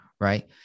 Right